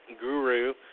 guru